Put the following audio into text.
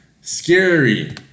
scary